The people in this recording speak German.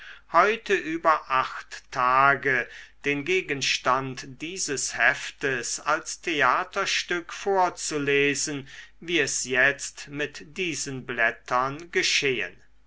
heute über acht tage den gegenstand dieses heftes als theaterstück vorzulesen wie es jetzt mit diesen blättern geschehen